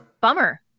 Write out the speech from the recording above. Bummer